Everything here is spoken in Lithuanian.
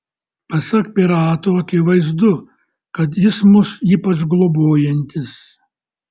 pasak piratų akivaizdu kad jis mus ypač globojantis